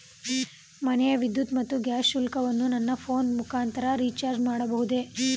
ಮನೆಯ ವಿದ್ಯುತ್ ಮತ್ತು ಗ್ಯಾಸ್ ಶುಲ್ಕವನ್ನು ನನ್ನ ಫೋನ್ ಮುಖಾಂತರ ರಿಚಾರ್ಜ್ ಮಾಡಬಹುದೇ?